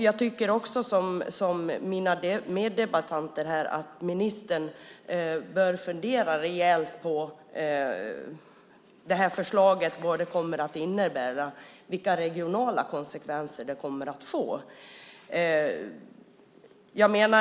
Jag tycker också som mina meddebattörer här att ministern bör fundera rejält på vad det här förslaget kommer att innebära och vilka regionala konsekvenser det kommer att få.